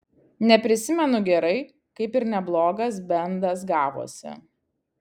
neprisimenu gerai kaip ir neblogas bendas gavosi